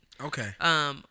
Okay